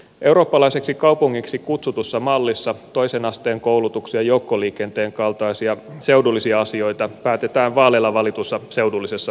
eurooppalaiseksi kaupungiksi kutsutussa mallissa toisen asteen koulutuksen ja joukkoliikenteen kaltaisia seudullisia asioita päätetään vaaleilla valitussa seudullisessa valtuustossa